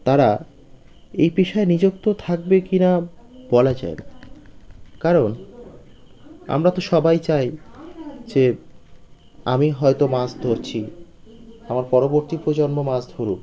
তারা এই পেশায় নিযুক্ত থাকবে কি না বলা যায় না কারণ আমরা তো সবাই চাই যে আমি হয়তো মাছ ধরছি আমার পরবর্তী প্রজন্ম মাছ ধরুক